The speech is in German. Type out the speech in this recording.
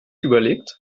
überlegt